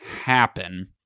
happen